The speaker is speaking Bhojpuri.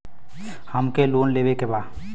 हमके लोन लेवे के बा?